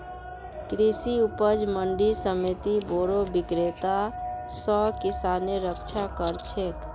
कृषि उपज मंडी समिति बोरो विक्रेता स किसानेर रक्षा कर छेक